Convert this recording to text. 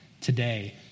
today